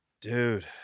Dude